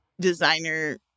designer